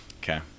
okay